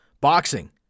boxing